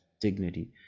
dignity